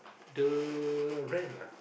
the rent lah